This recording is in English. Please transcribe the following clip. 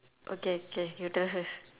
okay okay your turn first